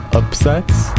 upsets